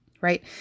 right